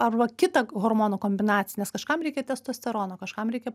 arba kitą hormonų kombinaciją nes kažkam reikia testosterono kažkam reikia